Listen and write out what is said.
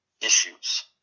issues